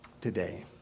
today